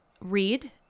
read